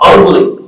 ugly